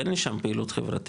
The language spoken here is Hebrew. אין לי שם פעילות חברתית.